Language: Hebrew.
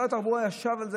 משרד התחבורה ישב על זה,